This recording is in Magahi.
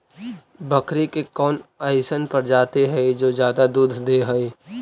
बकरी के कौन अइसन प्रजाति हई जो ज्यादा दूध दे हई?